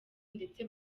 ndetse